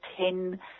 ten